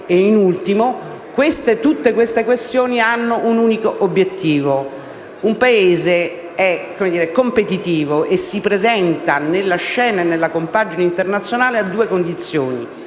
Davico. Tutte queste questioni hanno un unico obiettivo: un Paese è competitivo quando si presenta nella scena e nella compagine internazionale con due condizioni,